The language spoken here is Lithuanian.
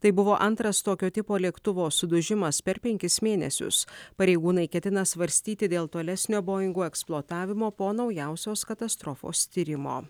tai buvo antras tokio tipo lėktuvo sudužimas per penkis mėnesius pareigūnai ketina svarstyti dėl tolesnio boingų eksploatavimo po naujausios katastrofos tyrimo